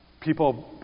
people